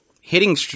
hitting